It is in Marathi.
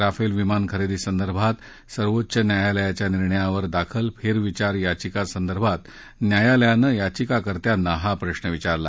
राफेल विमान खरेदी संदर्भात सर्वोच्च न्यायालयाच्या निर्णयावर दाखल फेरविचार याचिकांसंदर्भात न्यायालयानं याचिकाकर्त्यांना हा प्रश्र विचारला